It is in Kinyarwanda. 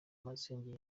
masenge